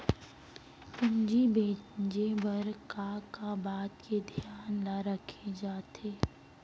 पूंजी भेजे बर का का बात के धियान ल रखे जाथे?